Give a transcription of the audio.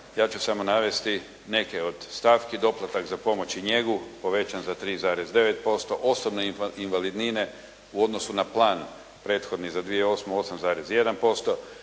Ja ću samo navesti neke od stavki. Doplatak za pomoći njegu je povećan za 3,9%, osobne invalidnine u odnosu na plan prethodni za 2008. 8,1%,